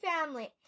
family